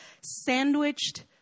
sandwiched